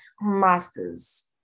masters